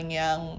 yang